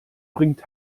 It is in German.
bringt